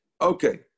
Okay